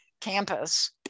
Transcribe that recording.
campus